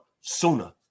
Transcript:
sooner